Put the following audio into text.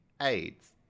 AIDS